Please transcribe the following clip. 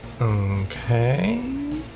Okay